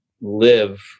live